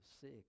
sick